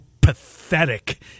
pathetic